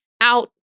out